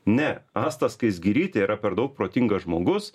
ne asta skaisgirytė yra per daug protingas žmogus